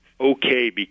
okay